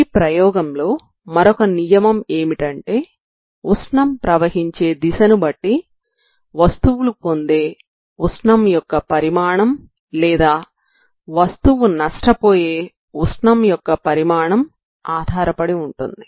ఈ ప్రయోగంలో మరొక నియమం ఏమిటంటే ఉష్ణం ప్రవహించే దిశను బట్టి వస్తువులు పొందే ఉష్ణం యొక్క పరిమాణం లేదా వస్తువు నష్టపోయే ఉష్ణం యొక్క పరిమాణం ఆధారపడి ఉంటుంది